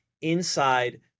inside